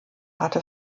hatte